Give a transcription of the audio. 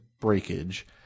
breakage